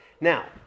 Now